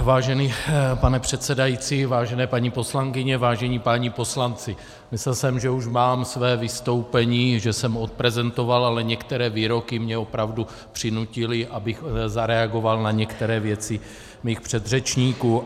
Vážený pane předsedající, vážené paní poslankyně, vážení páni poslanci, myslel jsem, že už mám své vystoupení, že jsem odprezentoval, ale některé výroky mě opravdu přinutily, abych zareagoval na některé věci svých předřečníků.